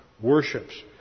worships